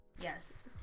yes